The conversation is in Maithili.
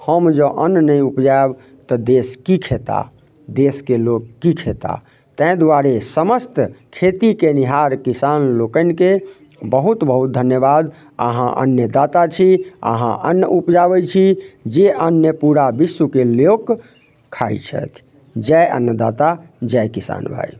हम जँ अन्न नहि उपजायब तऽ देश की खेता देशके लोक की खेता तैँ दुआरे समस्त खेती केनिहार किसान लोकनिके बहुत बहुत धन्यवाद आहाँ अन्यदाता छी अहाँ अन्न उपजाबै छी जे अन्य पूरा विश्वके लोक खाइ छथि जय अन्नदाता जय किसान भाइ